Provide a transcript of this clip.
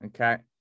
Okay